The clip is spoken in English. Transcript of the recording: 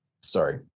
Sorry